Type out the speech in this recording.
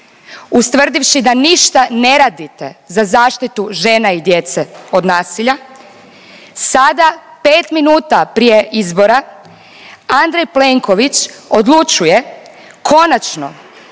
ustvrdivši da ništa ne radite za zaštitu žena i djece od nasilja, sada 5 minuta prije izbora Andrej Plenković odlučuje konačno